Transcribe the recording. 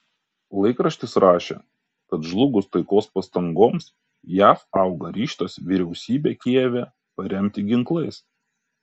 laikraštis rašė kad žlugus taikos pastangoms jav auga ryžtas vyriausybę kijeve paremti ginklais